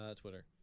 Twitter